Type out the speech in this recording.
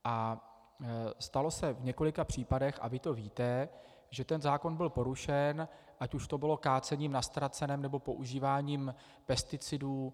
A stalo se v několika případech a vy to víte, že ten zákon byl porušen, ať už to bylo kácením na Ztraceném nebo používáním pesticidů.